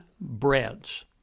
breads